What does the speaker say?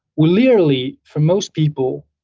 we literally for most people,